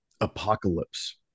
apocalypse